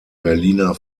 berliner